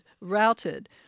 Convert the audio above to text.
routed